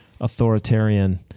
authoritarian